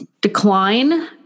decline